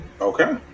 Okay